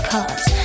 Cause